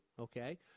okay